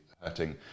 hurting